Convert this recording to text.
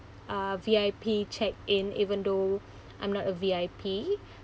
uh V_I_P check in even though I'm not a V_I_P